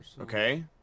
Okay